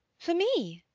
for me?